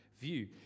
view